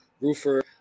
roofer